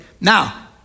Now